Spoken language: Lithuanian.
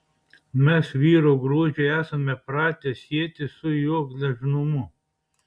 mes vyro grožį esame pratę sieti su jo gležnumu